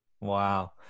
Wow